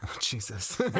Jesus